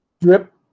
Drip